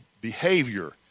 Behavior